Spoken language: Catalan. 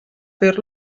fer